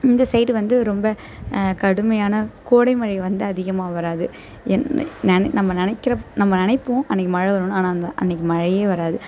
இந்த சைடு வந்து ரொம்ப கடுமையான கோடை மழை வந்து அதிகமாக வராது ஏன் நென நம்ம நினைக்குற நம்ப நினைப்போம் அன்றைக்கி மழை வருன்னு ஆனால் அந்த அன்றைக்கி மழையே வராது